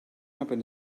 happen